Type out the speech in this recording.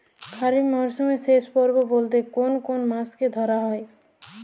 খরিপ মরসুমের শেষ পর্ব বলতে কোন কোন মাস কে ধরা হয়?